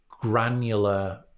granular